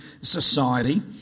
society